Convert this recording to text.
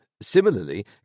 Similarly